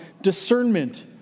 discernment